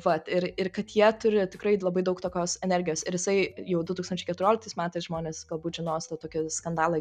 vat ir ir kad jie turi tikrai labai daug tokios energijos ir jisai jau du tūkstančiai keturioliktais metais žmonės galbūt žinos tą tokį skandalą